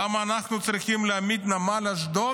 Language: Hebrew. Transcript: למה אנחנו צריכים להעמיד את נמל אשדוד